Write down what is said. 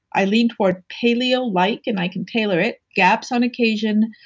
i lean toward paleo like and i can tailor it, gaps on occasion.